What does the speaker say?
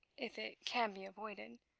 if it can be avoided,